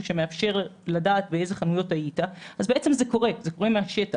שמאפשר לדעת באיזה חנויות היית זה משהו שקורה מהשטח.